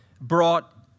brought